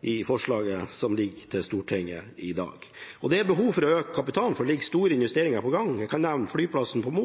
i forslaget som ligger i Stortinget i dag. Det er behov for å øke kapitalen, for det er store investeringer på gang. Jeg kan nevne flyplassen på Mo,